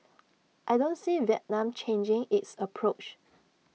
I don't see Vietnam changing its approach